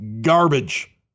garbage